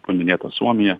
paminėta suomija